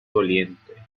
doliente